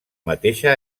mateixa